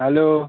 hello